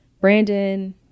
Brandon